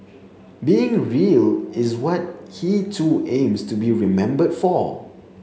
being real is what he too aims to be remembered for